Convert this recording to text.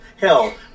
hell